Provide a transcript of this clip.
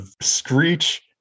screech